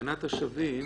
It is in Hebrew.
"תקנת השבים"